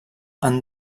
han